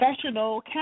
professional